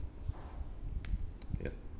ya